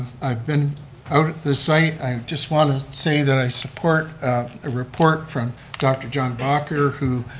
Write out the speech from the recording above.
i've been out at the site. i just want to say that i support a report from dr. john bacher who